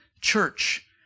church